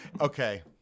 okay